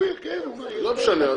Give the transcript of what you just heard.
לא משנה,